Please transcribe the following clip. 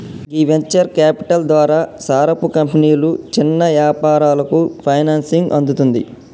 గీ venture capital ద్వారా సారపు కంపెనీలు చిన్న యాపారాలకు ఫైనాన్సింగ్ అందుతుంది